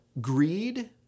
greed